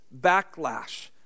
backlash